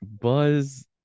Buzz